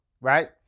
right